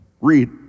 Read